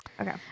Okay